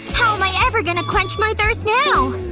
how am i ever going to quench my thirst now?